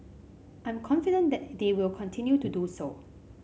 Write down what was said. I'm confident they will continue to do so